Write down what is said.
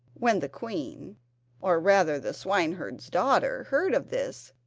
when the queen or, rather, the swineherd's daughter heard of this,